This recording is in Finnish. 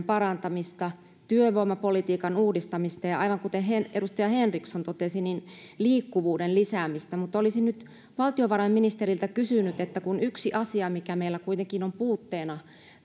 parantamista työvoimapolitiikan uudistamista ja ja aivan kuten edustaja henriksson totesi liikkuvuuden lisäämistä mutta olisin nyt valtiovarainministeriltä kysynyt että kun yksi asia mikä meillä kuitenkin on puutteena